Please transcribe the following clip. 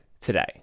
today